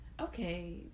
okay